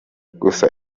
gusa